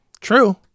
True